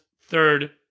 third